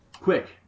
Quick